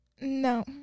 no